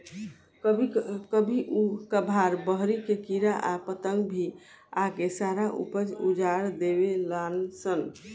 कभी कभार बहरी के कीड़ा आ पतंगा भी आके सारा ऊपज उजार देवे लान सन